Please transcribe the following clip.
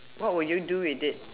what will you do with it